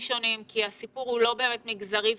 שונים כי הסיפור הוא לא באמת מגזרי וחברתי.